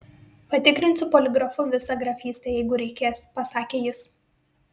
patikrinsiu poligrafu visą grafystę jeigu reikės pasakė jis